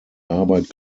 arbeit